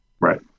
Right